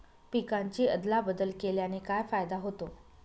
पिकांची अदला बदल केल्याने काय फायदा होतो?